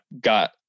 got